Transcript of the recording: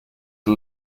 the